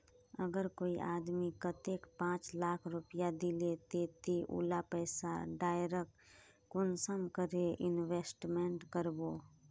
अगर कोई आदमी कतेक पाँच लाख रुपया दिले ते ती उला पैसा डायरक कुंसम करे इन्वेस्टमेंट करबो?